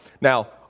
Now